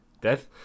death